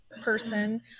person